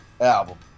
album